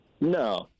no